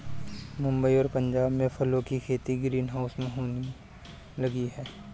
मुंबई और पंजाब में फूलों की खेती ग्रीन हाउस में होने लगी है